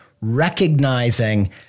recognizing